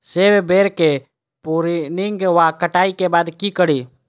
सेब बेर केँ प्रूनिंग वा कटाई केँ बाद की करि?